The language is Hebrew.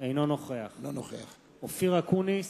אינו נוכח אופיר אקוניס,